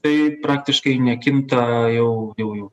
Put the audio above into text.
tai praktiškai nekinta jau jau jau